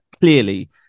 clearly